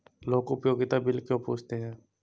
लोग उपयोगिता बिल क्यों पूछते हैं?